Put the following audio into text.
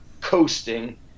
coasting